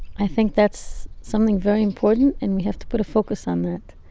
i think that's something very important and we have to put a focus on that.